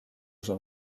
osa